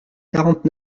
quarante